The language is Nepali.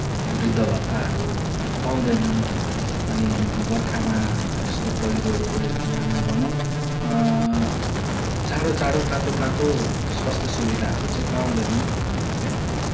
वृद्ध भत्ताहरू पाउँदैनन् अनि बर्खामा यस्तो पहिरोहरू गएको बेलामा भनौँ चाँडो चाँडो तातो तातो स्वास्थ्य सुविधाहरू चाहिँ पाउँदैनन् उनीहरूले